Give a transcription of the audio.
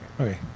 Okay